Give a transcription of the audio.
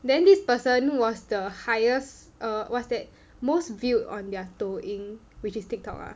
then this person was the highest err what's that most viewed on their 抖音 which is tiktok ah